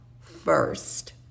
first